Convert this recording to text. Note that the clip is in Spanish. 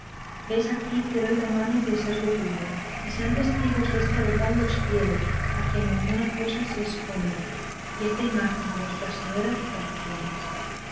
ves aquí te doy la mano de serlo tuyo y sean testigos desta verdad los cielos a quien ninguna cosa se asconde y esta imagen de nuestra señora que aquí tienes